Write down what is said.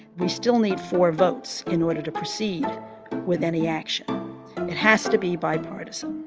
we still need four votes in order to proceed with any action it has to be bipartisan.